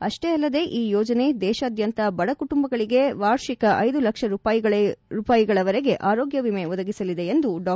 ಅಷ್ಲೇ ಅಲ್ಲದೆ ಈ ಯೋಜನೆ ದೇಶಾದ್ಯಂತ ಬಡ ಕುಟುಂಬಗಳಿಗೆ ವಾರ್ಷಿಕ ಐದು ಲಕ್ಷ ರೂಪಾಯಿಗಳವರೆಗೆ ಆರೋಗ್ಯ ವಿಮೆ ಒದಗಿಸಲಿದೆ ಎಂದೂ ಡಾ